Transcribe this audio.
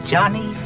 Johnny